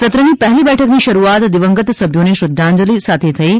સત્ર ની પહેલી બેઠકની શરૂઆત દિવંગત સભ્યો ને શ્રદ્ધાંજલી સાથે થઈ હતી